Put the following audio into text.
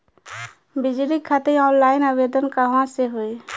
बिजली खातिर ऑनलाइन आवेदन कहवा से होयी?